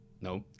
No